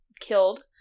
killed